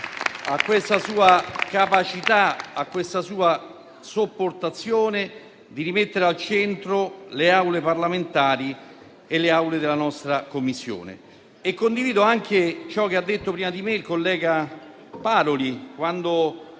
grazie alla sua capacità e alla sua ostinazione nel rimettere al centro le Aule parlamentari e le aule delle nostre Commissioni. Condivido anche ciò che ha detto prima di me il collega senatore